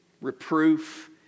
reproof